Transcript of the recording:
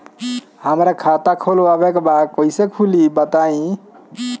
हमरा खाता खोलवावे के बा कइसे खुली बताईं?